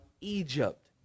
Egypt